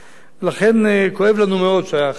כואב לנו מאוד שהחינוך אצלנו,